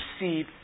receive